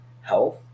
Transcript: health